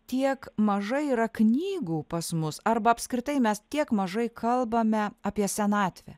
tiek mažai yra knygų pas mus arba apskritai mes tiek mažai kalbame apie senatvę